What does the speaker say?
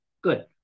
good